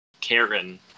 Karen